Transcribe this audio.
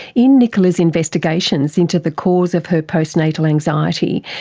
in nicola's investigations into the cause of her post-natal anxiety,